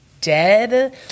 dead